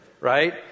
right